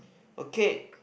okay